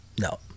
No